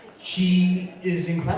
she is